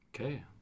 Okay